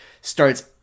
starts